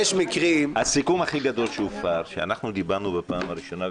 הסיכום הגדול שהופר הוא שאנחנו דיברנו בפעם הראשונה,